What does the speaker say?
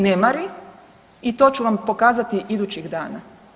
Ne mari i to ću vam pokazati idućih dana.